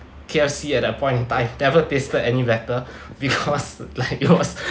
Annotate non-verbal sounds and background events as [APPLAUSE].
K_F_C at that point in time never tasted any better [LAUGHS] because like it was